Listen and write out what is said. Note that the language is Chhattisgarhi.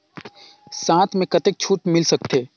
साथ म कतेक छूट मिल सकथे?